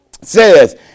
says